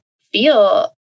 feel